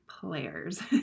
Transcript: players